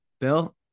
Bill